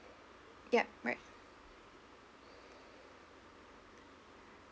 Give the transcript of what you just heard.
yup right